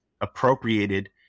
appropriated